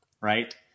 right